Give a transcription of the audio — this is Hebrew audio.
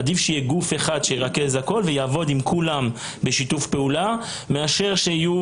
עדיף שיהיה גוף אחד שירכז הכל ויעבוד עם כולם בשיתוף פעולה מאשר שיהיו